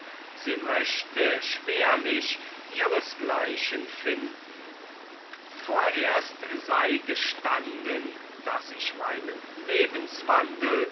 sie möchte schwerlich ihresgleichen finden vorerst sei gestanden daß ich meinen lebenswandel